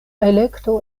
elekto